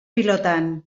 pilotan